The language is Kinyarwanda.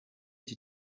iki